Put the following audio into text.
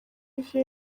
ivyo